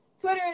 Twitter